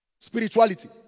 Spirituality